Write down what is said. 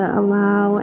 allow